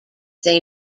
they